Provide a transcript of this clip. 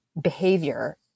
behavior